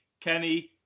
Kenny